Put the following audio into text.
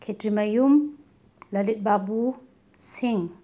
Khetrimayum Lalit Babu Singh